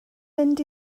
mynd